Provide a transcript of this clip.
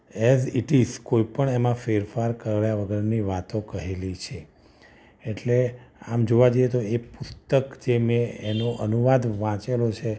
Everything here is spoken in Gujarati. ઍઝ ઈટ ઈઝ કોઈ પણ એમાં ફેરફાર કર્યા વગરની વાતો કહેલી છે એટલે આમ જોવા જઈએ તો એ પુસ્તક જે મેં એનું અનુવાદ વાંચેલો છે